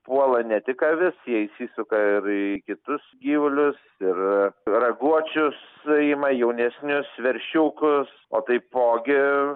puola ne tik avis jie įsisuka ir į kitus gyvulius ir raguočius ima jaunesnius veršiukus o taipogi